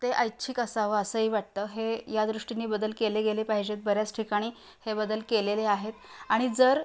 ते ऐच्छिक असावं असंही वाटतं हे यादृष्टीने बदल केले गेले पाहिजेत बऱ्याच ठिकाणी हे बदल केलेले आहेत आणि जर